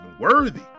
worthy